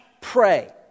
pray